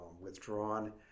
withdrawn